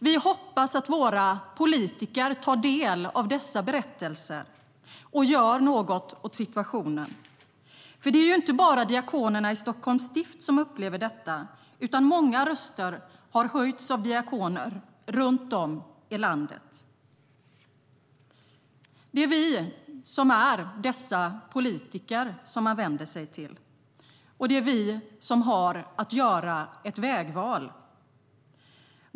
Vi hoppas att våra politiker tar del av dessa berättelser och gör något åt situationen. För det är ju inte bara diakonerna i Stockholms stift som upplever detta, utan många röster har höjts av diakoner runt om i landet. "Det är vi som är dessa politiker som man vänder sig till, och det är vi som har att göra ett vägval.